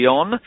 on